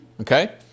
Okay